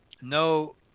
no